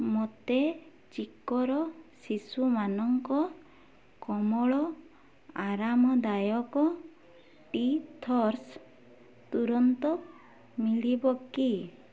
ମୋତେ ଚିକ୍କୋର ଶିଶୁମାନଙ୍କ କୋମଳ ଆରାମଦାୟକ ଟିଥର୍ସ୍ ତୁରନ୍ତ ମିଳିବ କି